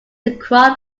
acquired